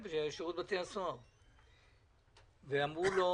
ושאמרו לו